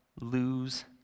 lose